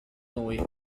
noi